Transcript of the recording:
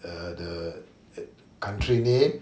uh the country name